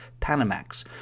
Panamax